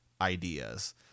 ideas